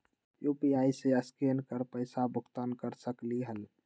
UPI से scan कर पईसा भुगतान कर सकलीहल?